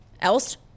else